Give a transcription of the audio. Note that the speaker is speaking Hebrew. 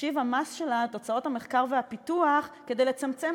לתחשיב המס שלה את הוצאות המחקר והפיתוח כדי לצמצם